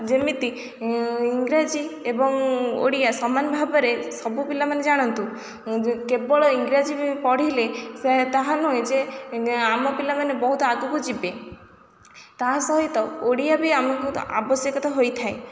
ଯେମିତି ଇଂରାଜୀ ଏବଂ ଓଡ଼ିଆ ସମାନ ଭାବରେ ସବୁ ପିଲାମାନେ ଜାଣନ୍ତୁ କେବଳ ଇଂରାଜୀ ବି ପଢ଼ିଲେ ସେ ତାହା ନୁହେଁ ଯେ ଆମ ପିଲାମାନେ ବହୁତ ଆଗକୁ ଯିବେ ତା ସହିତ ଓଡ଼ିଆ ବି ଆମକୁ ଆବଶ୍ୟକତା ହୋଇଥାଏ